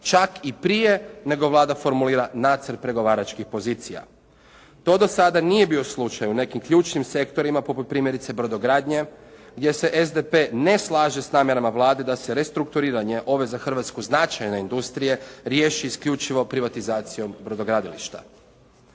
čak i prije nego Vlada formulira nacrt pregovaračkih pozicija. To do sada nije bio slučaj u nekim ključnim sektorima, poput primjerice brodogradnje gdje se SDP ne slaže s namjerama Vlade da se restrukturiranje ove za Hrvatsku značajne industrije riješi isključivo privatizacijom brodogradilišta.